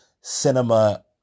cinema